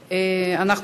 תודה.